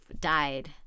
died